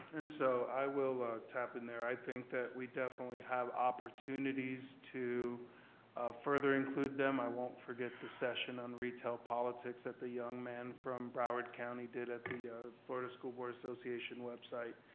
and so i will tap in there. i think that we definitely have opportunities to further include them. i won't forget the session on retail politics that the young man from broward county did at the florida school board association website.